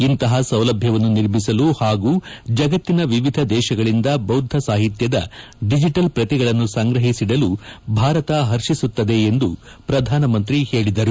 ಇಂತಹ ಸೌಲಭ್ಯವನ್ನು ನಿರ್ಮಿಸಲು ಹಾಗೂ ಜಗತ್ತಿನ ವಿವಿಧ ದೇಶಗಳಿಂದ ಬೌದ್ಧ ಸಾಹಿತ್ಯದ ದಿಜಿಟಲ್ ಪ್ರತಿಗಳನ್ನು ಸಂಗ್ರಹಿಸಿದಲು ಭಾರತ ಹರ್ಷಿಸುತ್ತದೆ ಎಂದು ಪ್ರಧಾನಮಂತ್ರಿ ಹೇಳಿದರು